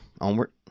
Onward